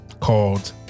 called